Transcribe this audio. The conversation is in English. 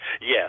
Yes